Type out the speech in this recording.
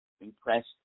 impressed